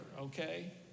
okay